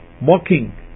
mocking